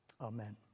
Amen